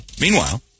Meanwhile